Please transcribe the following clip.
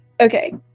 Okay